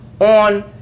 on